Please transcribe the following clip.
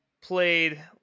played